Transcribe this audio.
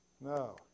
No